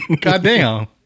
goddamn